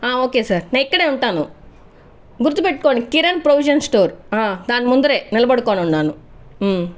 okay sir నేను ఇక్కడే ఉంటాను గుర్తుపెట్టుకోండి కిరణ్ ప్రవుజన్స్ స్టోర్ దాని ముందరే నిలబడి ఉన్నాను